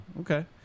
Okay